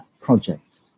project